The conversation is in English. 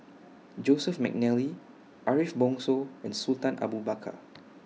Joseph Mcnally Ariff Bongso and Sultan Abu Bakar